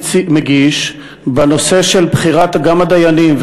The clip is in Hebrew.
מגיש גם בנושא של בחירת הדיינים,